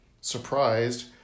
surprised